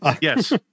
Yes